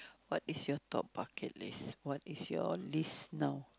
what is your top bucket list what is your list now